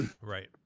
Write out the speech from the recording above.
Right